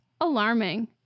alarming